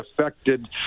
affected